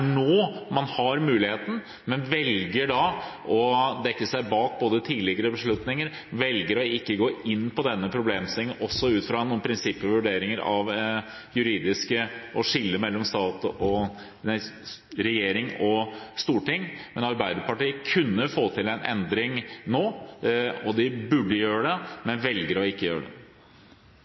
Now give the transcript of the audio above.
nå man har muligheten, men velger å dekke seg bak tidligere beslutninger og velger ikke å gå inn på denne problemstillingen også ut fra noen prinsipielle vurderinger av det juridiske og skillet mellom regjering og storting. Men Arbeiderpartiet kunne fått til en endring nå, og de burde gjøre det, men velger ikke å gjøre det.